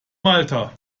malta